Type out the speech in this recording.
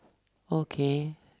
okay